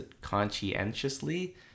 conscientiously